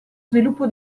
sviluppo